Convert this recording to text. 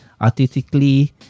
artistically